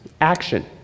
Action